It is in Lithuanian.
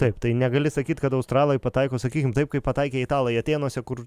taip tai negali sakyt kad australai pataiko sakykim taip kaip pataikė italai atėnuose kur